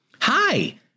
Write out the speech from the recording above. Hi